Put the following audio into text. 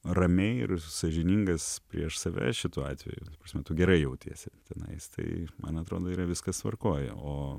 ramiai ir sąžiningas prieš save šituo atveju ta prasme tu gerai jautiesi tenais tai man atrodo yra viskas tvarkoj o